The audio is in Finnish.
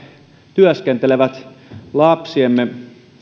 työskentelevät lapsiemme